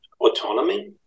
autonomy